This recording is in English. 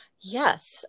Yes